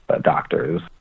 Doctors